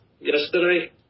Yesterday